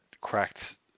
cracked